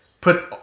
put